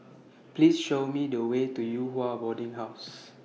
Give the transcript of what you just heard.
Please Show Me The Way to Yew Hua Boarding House